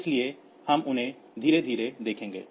इसलिए हम उन्हें धीरे धीरे देखेंगे